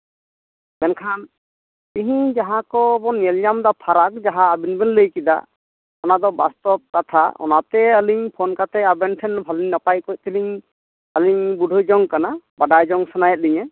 ᱢᱮᱱᱠᱷᱟᱱ ᱛᱤᱦᱤᱧ ᱡᱟᱦᱟᱸ ᱠᱚᱵᱚᱱ ᱧᱮᱞᱧᱟᱢᱫᱟ ᱯᱷᱟᱨᱟᱠ ᱡᱟᱦᱟᱸ ᱟᱵᱤᱱ ᱵᱤᱱ ᱞᱟᱹᱭ ᱠᱮᱫᱟ ᱚᱱᱟ ᱫᱚ ᱵᱟᱥᱛᱚᱵᱽ ᱠᱟᱛᱷᱟ ᱚᱱᱟᱛᱮ ᱟᱹᱞᱤᱧ ᱯᱷᱳᱱ ᱠᱟᱛᱮᱫ ᱟᱵᱮᱱ ᱴᱷᱮᱱ ᱱᱟᱯᱟᱭ ᱚᱠᱚᱡ ᱛᱮᱞᱤᱧ ᱟᱹᱞᱤᱧ ᱞᱤᱧ ᱵᱩᱡᱷᱟᱹᱣ ᱡᱚᱝᱠᱟᱱᱟ ᱵᱟᱰᱟᱭ ᱡᱚᱝ ᱥᱟᱱᱟᱭᱮᱫ ᱞᱤᱧᱟᱹ